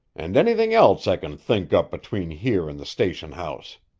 and anything else i can think up between here and the station-house.